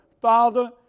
Father